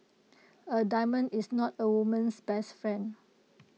A diamond is not A woman's best friend